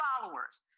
followers